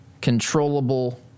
controllable